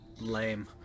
Lame